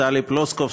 טלי פלוסקוב,